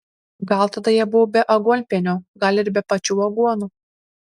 gal tada jie buvo be aguonpienio gal ir be pačių aguonų